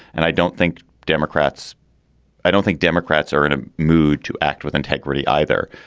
and i don't think democrats i don't think democrats are in a mood to act with integrity either.